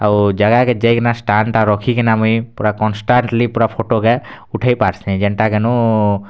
ଆଉ ଜାଗାକେ ଯାଇକିନା ଷ୍ଟାଣ୍ଡଟା ରଖିକିନା ମୁଇଁ ପୂରା କନ୍ଷ୍ଟାଣ୍ଟଲି ପୂରା ଫଟୋକେ ଉଠେଇ ପାର୍ସି ଯେନଟା କେନୁ